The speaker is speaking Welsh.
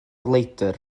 leidr